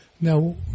now